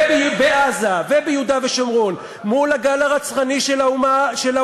שבו העצמאים מקבלים את היחס שלהם.